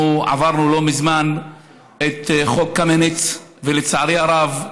אנחנו עברנו לא מזמן את חוק קמיניץ, ולצערי הרב,